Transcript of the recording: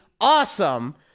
Awesome